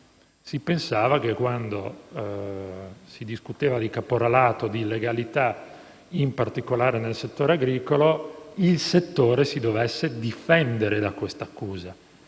si pensava che quando si discuteva di caporalato e illegalità, in particolare nel settore agricolo, quest'ultimo si dovesse difendere da questa accusa